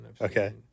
okay